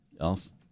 else